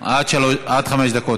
עד חמש דקות.